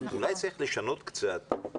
אולי צריך לשנות קצת,